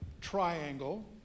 triangle